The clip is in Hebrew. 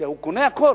כי הוא קונה הכול,